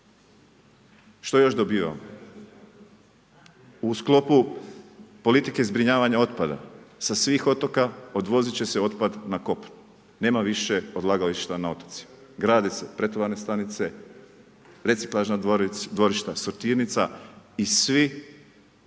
Što još dobivamo? U sklopu politike zbrinjavanja otpada, sa svih otoka odvozit će se otpad na kopno. Nema više odlagališta na otocima, grade se pretovarne stanice, reciklažna dvorišta, sortirnica i sva